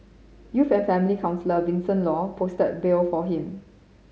youth and family counsellor Vincent Law posted bail for him